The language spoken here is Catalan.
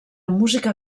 música